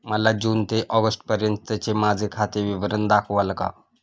मला जून ते ऑगस्टपर्यंतचे माझे खाते विवरण दाखवाल का?